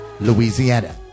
Louisiana